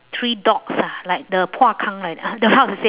three dogs ah like the like ah don't know how to say